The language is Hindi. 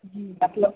जी मतलब